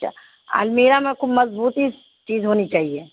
اچھا المیرہ میں خوب مضبوطی چیز ہونی چاہیے